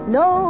no